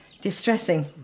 distressing